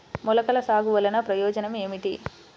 మొలకల సాగు వలన ప్రయోజనం ఏమిటీ?